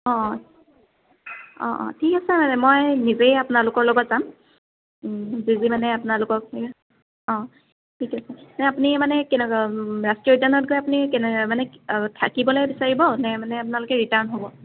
অ' অ' অ' ঠিক আছে মানে মই নিজেই আপোনালোকৰ লগত যাম যি যি মানে আপোনালোকক অ' ঠিক আছে নাই আপুনি মানে কেনকা ৰাষ্ট্ৰীয় উদ্যানত গৈ আপুনি কেনে মানে থাকিবলৈ বিচাৰিব নে মানে আপোনালোকে ৰিটাৰ্ণ হ'ব